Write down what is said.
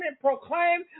proclaim